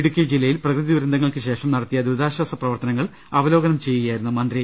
ഇടുക്കി ജില്ലയിൽ പ്രകൃതിദുരന്തങ്ങൾക്കു ശേഷം നടത്തിയ ദുരിതാശ്ചാസ പ്രവർത്തനങ്ങൾ അവലോകനം ചെയ്യുകയായിരുന്നു മന്ത്രി